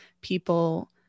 people